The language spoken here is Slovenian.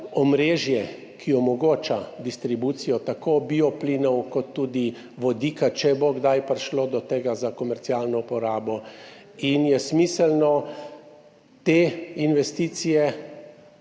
omrežje, ki omogoča distribucijo tako bioplinov kot tudi vodika, če bo kdaj prišlo do tega, za komercialno uporabo in je smiselno te investicije